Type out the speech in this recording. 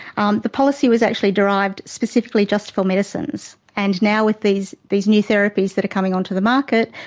um the policy was actually derived specifically just for medicines, and now with these these new therapies that are coming onto the market,